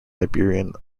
iberian